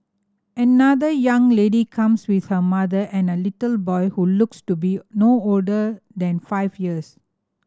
another young lady comes with her mother and a little boy who looks to be no older than five years